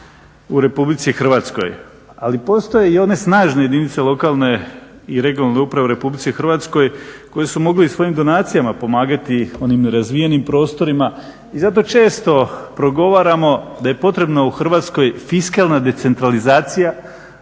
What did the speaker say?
u Republici Hrvatskoj. Ali postoje i one snažne jedinice lokalne i regionalne uprave u Republici Hrvatskoj koje su mogle i svojim donacijama pomagati onim razvijenim prostorima i zato često progovaramo da je potrebna u Hrvatskoj fiskalna decentralizacija,